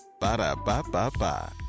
Ba-da-ba-ba-ba